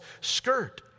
skirt